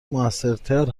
موثرتر